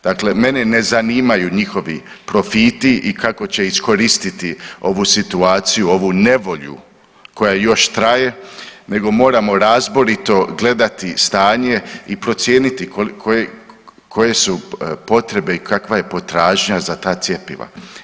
Dakle, mene ne zanimaju njihovi profiti i kako će iskoristiti ovu situaciju, ovu nevolju koja još traje nego moramo razborito gledati stanje i procijeniti koje su potrebe i kakva je potražnja za ta cjepiva.